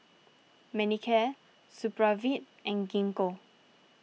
Manicare Supravit and Gingko